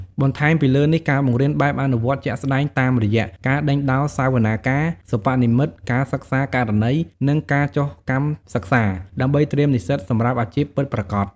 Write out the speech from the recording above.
បន្ថែមពីលើនេះការបង្រៀនបែបអនុវត្តជាក់ស្តែងតាមរយៈ ការដេញដោលសវនាការសិប្បនិម្មិត ការសិក្សាករណី និងការចុះកម្មសិក្សា ដើម្បីត្រៀមនិស្សិតសម្រាប់អាជីពពិតប្រាកដ។